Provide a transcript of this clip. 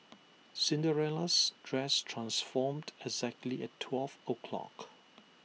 Cinderella's dress transformed exactly at twelve o'clock